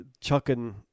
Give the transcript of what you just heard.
chucking